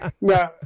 no